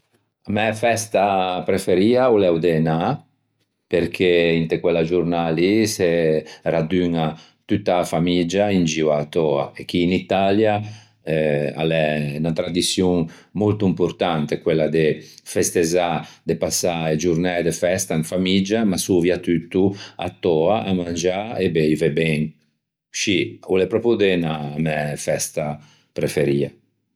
A mæ festa preferia o l'é o Dënâ perché inte quella giornâ lì se raduña tutta a famiggia in gio a-a töa e chì in Italia a l'é unna tradiçion molto importante quella de festezzâ, de passâ e giornæ de festa in famiggia ma soviatutto à töa à mangiâ e beive ben. Scì o l'é pròpio o Dënâ a mæ festa preferia.